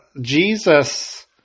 Jesus